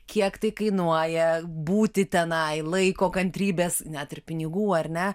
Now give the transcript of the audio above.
kiek tai kainuoja būti tenai laiko kantrybės net ir pinigų ar ne